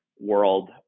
world